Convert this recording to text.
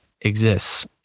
exists